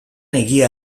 egia